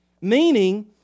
Meaning